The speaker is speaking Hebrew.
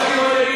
כל הכבוד לגדעון.